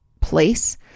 place